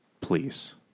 Please